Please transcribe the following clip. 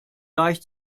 deich